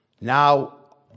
Now